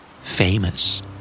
Famous